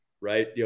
right